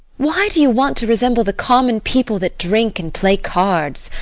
why do you want to resemble the common people that drink and play cards?